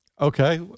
Okay